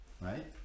right